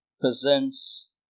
presents